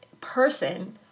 person